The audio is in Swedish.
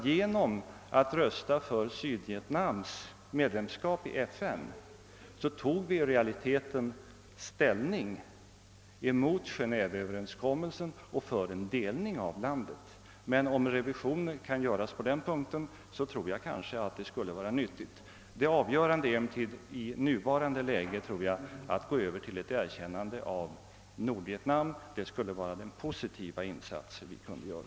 Genom att rösta för Sydvietnams medlemskap i FN tog vi i realiteten ställning mot Geneveöverenskommelsen och för en delning av landet. Om en revision kan göras på den punkten, tror jag ait det skulle vara nyttigt. Det viktiga i nuvarande läge tror jag emellertid är ett erkännande av Nordvietnam. Det skulle vara den positiva insats vi kunde göra.